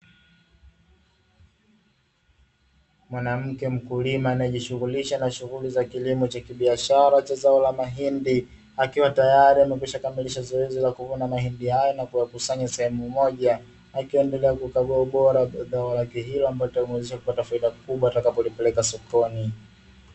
Mwanamke mkulima anayejishughulisha na shughuli za kilimo za kibiashara cha zao la mahindi, akiwa tayari amekwisha kamilisha zoezi la kuvuna mahindi hayo na kuyakusanya sehemu moja, akiendelea kukagua ubora wa zao lake hilo ambalo litamwezesha kupata faida kubwa atakapo lipeleka sokoni.